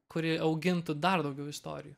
kuri augintų dar daugiau istorijų